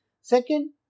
Second